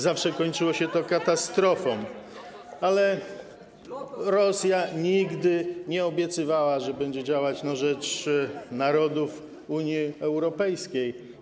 Zawsze kończyło się to katastrofą, ale Rosja nigdy nie obiecywała, że będzie działać na rzecz narodów Unii Europejskiej.